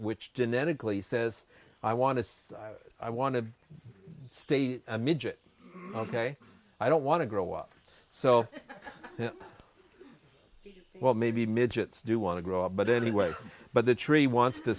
which genetically says i want to say i want to stay a midget ok i don't want to grow up so well maybe midgets do want to grow up but anyway but the tree wants to